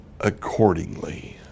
accordingly